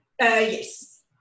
Yes